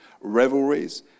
revelries